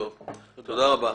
תודה רבה.